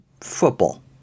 football